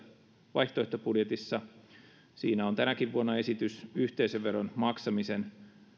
vaihtoehtobudjetissa on tänäkin vuonna esitys yhteisöveron maksamisen